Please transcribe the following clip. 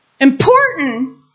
Important